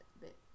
bit